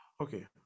okay